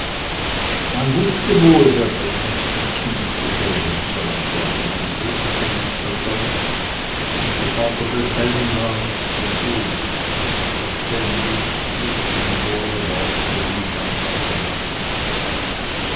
man wußte wohl wer das nächste kind gebären sollte aber man redete nichts davon und der vater desselben war nicht zugegen verständigt mit und ohne worte ging man auseinander